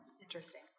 Interesting